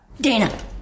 Dana